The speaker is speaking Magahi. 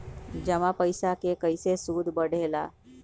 जमा पईसा के कइसे सूद बढे ला?